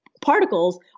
particles